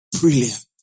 brilliant